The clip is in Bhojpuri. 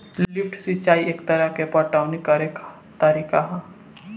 लिफ्ट सिंचाई एक तरह के पटवनी करेके तरीका ह